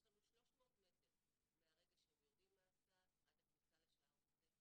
יש לנו 300 מטר מהרגע שהם יורדים מההסעה עד הכניסה לשער בית הספר.